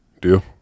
Deal